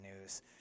news